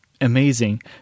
amazing